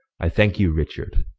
i thanke you richard.